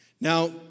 Now